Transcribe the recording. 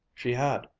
she had,